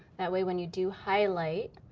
that way when you do highlight,